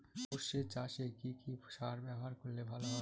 সর্ষে চাসে কি কি সার ব্যবহার করলে ভালো হয়?